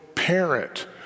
Parent